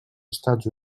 estats